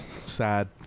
sad